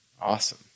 awesome